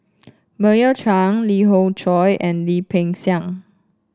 Meira Chand Lee Khoon Choy and Lim Peng Siang